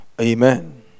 Amen